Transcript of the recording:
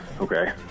Okay